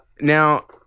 now